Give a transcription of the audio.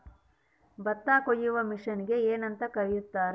ಭತ್ತ ಕೊಯ್ಯುವ ಮಿಷನ್ನಿಗೆ ಏನಂತ ಕರೆಯುತ್ತಾರೆ?